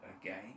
again